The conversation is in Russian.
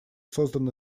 создан